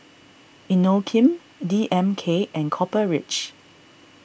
Inokim D M K and Copper Ridge